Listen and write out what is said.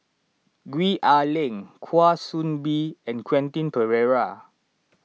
Gwee Ah Leng Kwa Soon Bee and Quentin Pereira